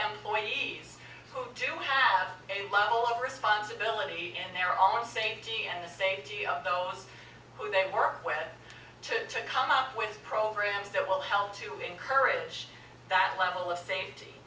employees who do have a level of responsibility in their own safety and the safety of those who they work with to come up with programs that will help to encourage that level of safety